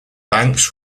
banks